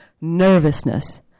nervousness